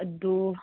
ꯑꯗꯨ